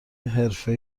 حرفه